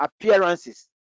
appearances